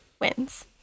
wins